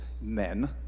men